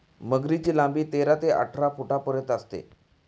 मगरीची लांबी तेरा ते अठरा फुटांपर्यंत असते